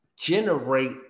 generate